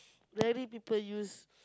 rarely people use